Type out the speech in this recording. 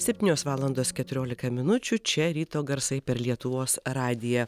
septynios valandos keturiolika minučių čia ryto garsai per lietuvos radiją